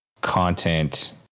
content